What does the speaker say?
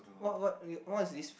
what what what's this